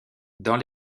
dans